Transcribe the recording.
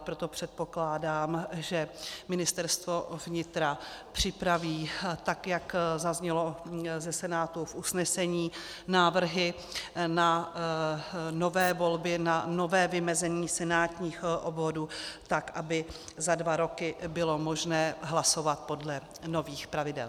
Proto předpokládám, že Ministerstvo vnitra připraví, tak jak zaznělo ze Senátu v usnesení, návrhy na nové volby, na nové vymezení senátních obvodů tak, aby za dva roky bylo možné hlasovat podle nových pravidel.